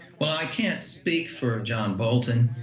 well, i can't speak for john bolton.